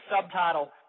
subtitle